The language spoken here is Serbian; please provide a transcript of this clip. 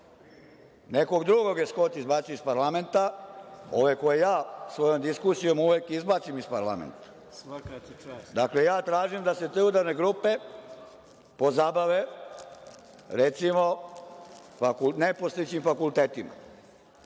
Nekog drugog je Skot izbacio iz parlamenta, ove koje ja svojom diskusijom uvek izbacim iz parlamenta. Dakle, ja tražim da se te udarne grupe pozabave, recimo, nepostojećim fakultetima.